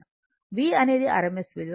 V అనేది rms విలువ మరియు I rms విలువ